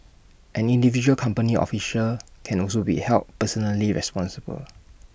an individual company officer can also be held personally responsible